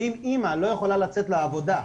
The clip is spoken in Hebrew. אם אימא לא יכולה לצאת לעבודה,